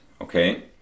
Okay